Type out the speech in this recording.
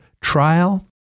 trial